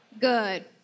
Good